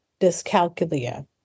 dyscalculia